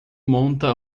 monta